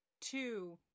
Two